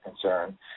concern